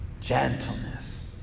gentleness